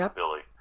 billy